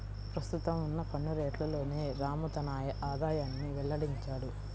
ప్రస్తుతం ఉన్న పన్ను రేట్లలోనే రాము తన ఆదాయాన్ని వెల్లడించాడు